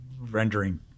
rendering